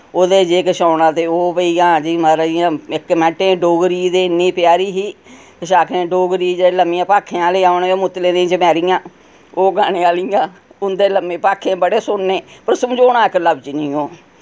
ओह्दे च जे कुछ औना ते ओ भई हां जी माराज इयां इक मैंटे डोगरी ते इन्नी प्यारी ही कुछ आखें डोगरी च लम्मियां भाखें आह्ले औन मुतलें दी चमैरियां ओह् गाने आह्लियां उं'दे लम्मी भाखे बड़े सुनने पर समझोना इक लफ्ज नि ओह्